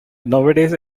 nowadays